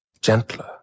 Gentler